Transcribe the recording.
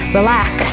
Relax